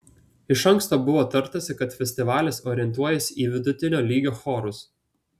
iš anksto buvo tartasi kad festivalis orientuojasi į vidutinio lygio chorus